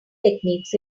techniques